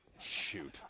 Shoot